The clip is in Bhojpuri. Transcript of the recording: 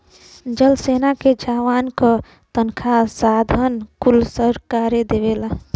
जल सेना के जवान क तनखा साधन कुल सरकारे देवला